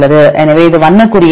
எனவே இது வண்ண குறியீடு 9